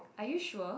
are you sure